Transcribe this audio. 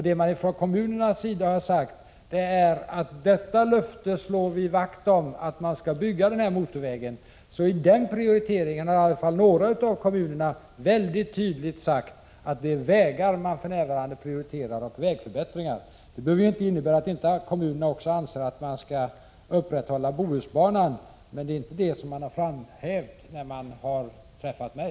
Det man från kommunernas sida har sagt är att man slår vakt om löftet att den här motorvägen skall byggas. I fråga om den prioriteringen har i varje fall några av kommunerna väldigt tydligt sagt att det är vägar och vägförbättringar som man för närvarande prioriterar. Det behöver ju inte innebära att kommunerna inte anser att också Bohusbanan skall upprätthållas. Men det är inte det som man har framhävt när man har träffat mig.